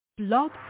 Blog